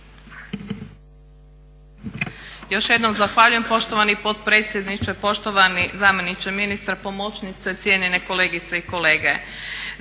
Još jedanput zahvaljujem poštovani potpredsjedniče, poštovani zamjeniče ministra, pomoćnice, cijenjene kolegice i kolege.